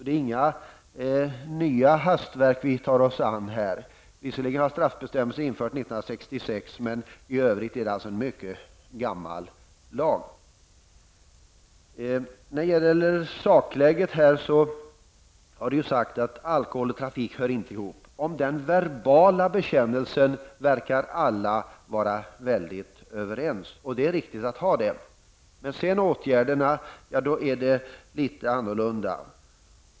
Det är inga nya hastverk vi tar oss an här. Visserligen infördes straffbestämmelser 1966, men i övrigt är det alltså en mycket gammal lag. När det gäller sakläget har det ju sagts att alkohol och trafik inte hör ihop. Alla verkar vara mycket överens om den verbala bekännelsen och den är riktig. Men det är litet annorlunda när det gäller åtgärderna.